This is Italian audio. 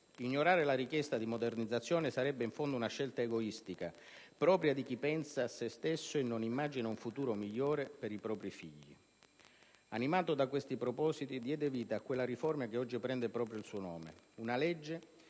Ignorare le richieste di modernizzazione (...) sarebbe in fondo una scelta egoistica, propria di chi pensa a se stesso e non immagina un futuro migliore per i propri figli». Animato da questi propositi, diede vita a quella riforma che oggi prende proprio il suo nome: una legge